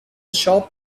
shop